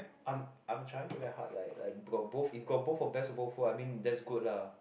I'm I'm trying very hard like like got both if got both of best of both world I mean that's good lah